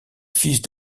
fils